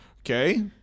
Okay